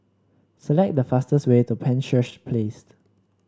select the fastest way to Penshurst Place